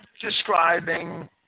describing